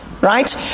right